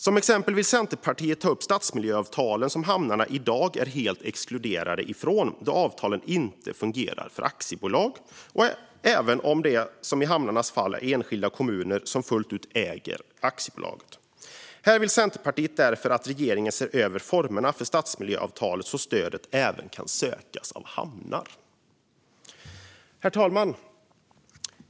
Som exempel vill Centerpartiet ta upp stadsmiljöavtalen, som hamnarna i dag är helt exkluderade från då avtalen inte fungerar för aktiebolag - även om det i hamnarnas fall är enskilda kommuner som fullt ut äger aktiebolaget. Här vill Centerpartiet därför att regeringen ser över formerna för stadsmiljöavtal så att stödet även kan sökas av hamnar. Herr talman!